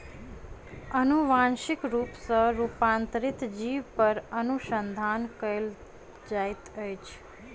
अनुवांशिक रूप सॅ रूपांतरित जीव पर अनुसंधान कयल जाइत अछि